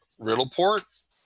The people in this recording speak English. Riddleport